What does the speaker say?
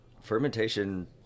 fermentation